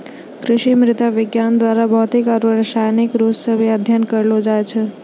कृषि मृदा विज्ञान द्वारा भौतिक आरु रसायनिक रुप से अध्ययन करलो जाय छै